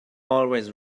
always